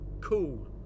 cool